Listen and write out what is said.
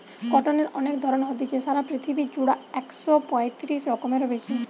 কটনের অনেক ধরণ হতিছে, সারা পৃথিবী জুড়া একশ পয়তিরিশ রকমেরও বেশি